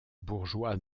bourgeois